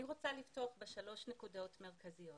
אני רוצה לפתוח בשלוש נקודות מרכזיות